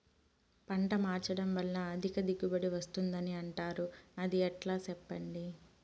పంట మార్చడం వల్ల అధిక దిగుబడి వస్తుందని అంటారు అది ఎట్లా సెప్పండి